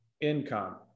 income